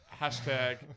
Hashtag